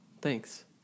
thanks